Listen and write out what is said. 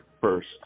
first